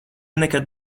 nekad